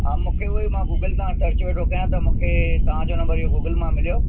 हा मूंखे उहे मां गुगल तां सर्च वेठो कयां त मूंखे तव्हांजो नंबर इहो गुगल मां मिलियो